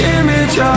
image